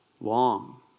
long